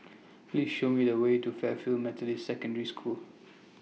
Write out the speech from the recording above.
Please Show Me The Way to Fairfield Methodist Secondary School